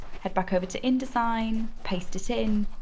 head back over to indesign, paste it in.